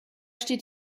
steht